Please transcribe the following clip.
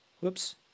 Whoops